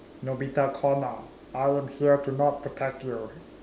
Nobita-Connor I am here to not protect you